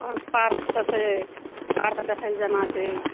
कोन पार्क सभ छै पार्क देखय लए जेनाइ छै